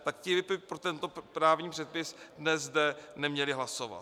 tak ti by pro tento právní předpis dnes zde neměli hlasovat.